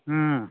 ꯎꯝ